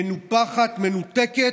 מנופחת, מנותקת,